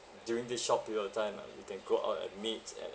during this short period of time lah you can go out and meet and